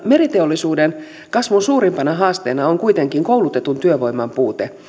meriteollisuuden kasvun suurimpana haasteena on kuitenkin koulutetun työvoiman puute